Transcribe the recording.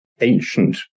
ancient